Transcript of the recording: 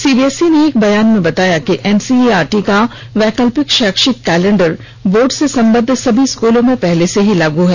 CBSE ने एक बयान में बताया कि एनसीईआरटी का वैकल्पिक शैक्षिक कैलेंडर बोर्ड से संबद्ध सभी स्कूलों में पहले से ही लागू है